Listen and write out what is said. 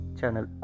channel